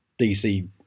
DC